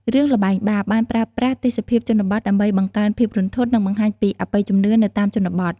រឿង ល្បែងបាប បានប្រើប្រាស់ទេសភាពជនបទដើម្បីបង្កើនភាពរន្ធត់ និងបង្ហាញពីអបិយជំនឿនៅតាមជនបទ។